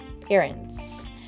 parents